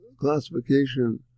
classification